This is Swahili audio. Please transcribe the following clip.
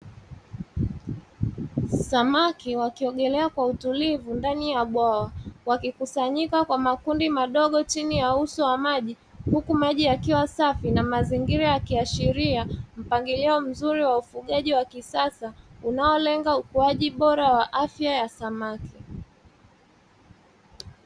Samaki wakiogelea kwa utulivu ndani ya bwawa, wakikusanyika kwa makundi madogo chini ya uso wa maji, huku maji yakiwa safi na mazingira ya kiashiria mpangilio mzuri wa ufungaji wa kisasa unaolenga ukuaji bora wa afya ya samaki.